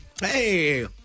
Hey